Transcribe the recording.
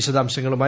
വിശദാംശങ്ങളുമായി